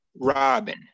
Robin